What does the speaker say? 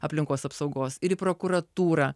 aplinkos apsaugos ir į prokuratūrą